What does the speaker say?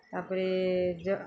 ତା'ପରେ ଜ